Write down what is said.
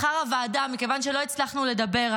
מכיוון שלא הצלחנו לדבר,